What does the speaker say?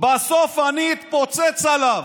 בסוף אני אתפוצץ עליו.